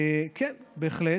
תעבירי לי, כן, בהחלט,